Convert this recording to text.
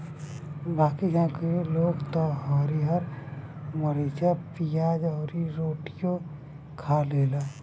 बाकी गांव के लोग त हरिहर मारीचा, पियाज अउरी रोटियो खा लेला